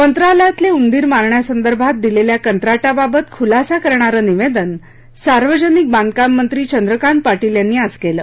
मंत्रालयातले उदीर मारण्यासंदर्भात दिलेल्या कत्राटाबाबत खुलासा करणार निवेदन सार्वजनिक बांधकाम मंत्री चंद्रकांत पाटील यांनी आज केलं